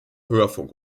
hörfunk